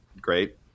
great